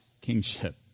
kingship